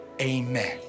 amen